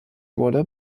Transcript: wurde